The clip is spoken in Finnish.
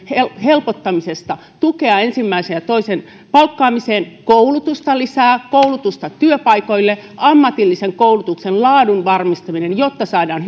helpottamisesta tukea ensimmäisen ja toisen palkkaamiseen koulutusta lisää koulutusta työpaikoille ammatillisen koulutuksen laadun varmistaminen jotta saadaan